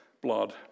blood